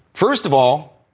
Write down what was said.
first of all,